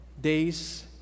days